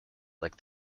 like